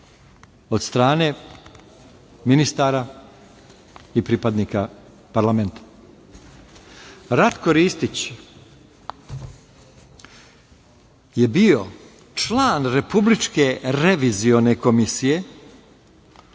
od strane ministara i pripadnika parlamenta. Ratko Ristić je bio član Republičke revizione komisije